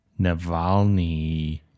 Navalny